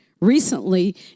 recently